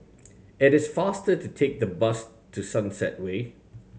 it is faster to take the bus to Sunset Way